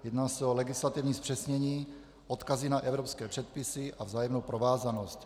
Jedná se o legislativní zpřesnění, odkazy na evropské předpisy a vzájemnou provázanost.